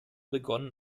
begonnen